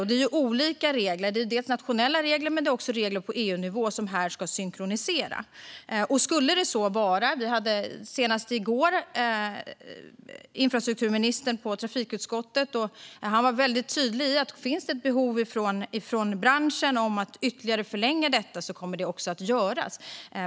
Det är olika regler som här ska synkroniseras, dels nationella regler, dels regler på EU-nivå. Senast i går var infrastrukturministern i trafikutskottet. Han var väldigt tydlig med att om det finns ett behov från branschen att giltighetstiden ytterligare förlängs kommer det också att göras.